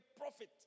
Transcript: profit